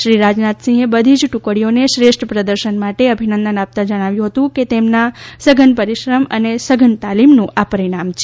શ્રી રાજનાથસિંહે બધી જ ટુકડીઓને શ્રેષ્ઠ પ્રદર્શન માટે અભિનંદન આપતા જણાવ્યું હતું કે તેમના સઘન પરિશ્રમ અને સઘન તાલીમનું આ પરિણામ છે